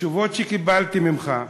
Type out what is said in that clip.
בתשובות שקיבלתי ממך,